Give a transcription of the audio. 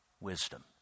wisdom